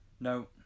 No